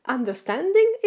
Understanding